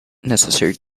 necessary